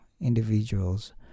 individuals